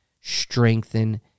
strengthen